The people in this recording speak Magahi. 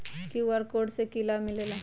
कियु.आर कोड से कि कि लाव मिलेला?